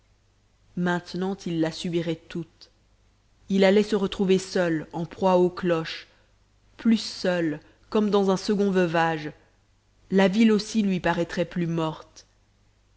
maintenant il la subirait toute il allait se retrouver seul en proie aux cloches plus seul comme dans un second veuvage la ville aussi lui paraîtrait plus morte